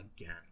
again